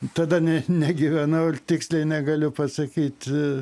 tada net negyvenau ir tiksliai negaliu pasakyt